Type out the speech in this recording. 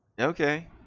okay